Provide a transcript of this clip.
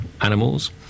animals